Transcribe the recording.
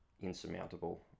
insurmountable